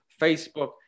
Facebook